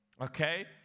okay